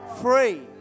free